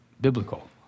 biblical